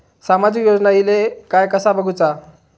सामाजिक योजना इले काय कसा बघुचा?